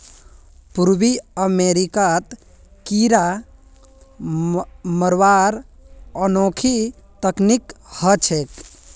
पूर्वी अमेरिकात कीरा मरवार अनोखी तकनीक ह छेक